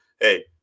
hey